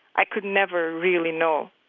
i could never really know